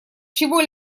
чего